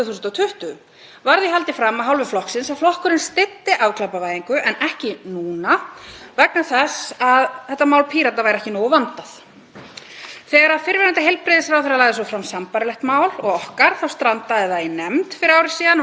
Þegar fyrrverandi heilbrigðisráðherra lagði svo fram sambærilegt mál og okkar þá strandaði það í nefnd fyrir ári síðan og núna heyrum við afsakanir í allar áttir um hvers vegna enn og aftur eigi að viðhalda refsistefnu sem allir virðast þó sammála um að sé skaðleg og hafi mistekist.